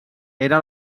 era